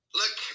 look